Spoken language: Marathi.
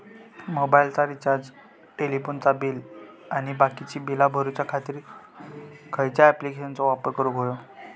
मोबाईलाचा रिचार्ज टेलिफोनाचा बिल आणि बाकीची बिला भरूच्या खातीर खयच्या ॲप्लिकेशनाचो वापर करूक होयो?